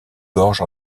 gorges